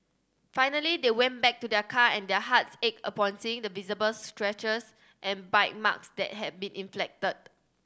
finally they went back to their car and their hearts ached upon seeing the visible scratches and bite marks that had been inflicted